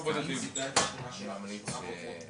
אני עובדת בשלוש משרות עם חמישה ילדים וכל